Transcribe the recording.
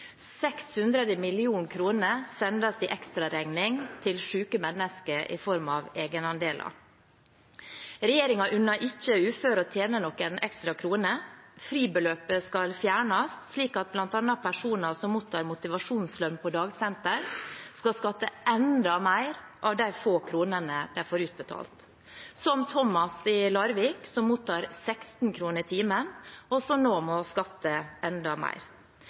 sendes i ekstraregning til syke mennesker i form av egenandeler. Regjeringen unner ikke uføre å tjene noen ekstra kroner. Fribeløpet skal fjernes, slik at bl.a. personer som mottar motivasjonslønn på dagsenter, skal skatte enda mer av de få kronene de får utbetalt – som Thomas i Larvik, som mottar 16 kr i timen, og som nå må skatte enda mer.